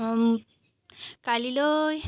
কালিলৈ